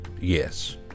yes